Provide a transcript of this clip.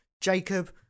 Jacob